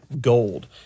gold